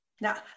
Now